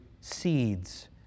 seeds